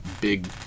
big